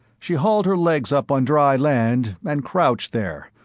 she hauled her legs up on dry land and crouched there,